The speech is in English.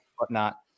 whatnot